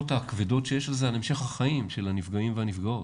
הכבדות שיש לזה על המשך החיים של הנפגעים והנפגעות.